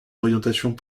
orientations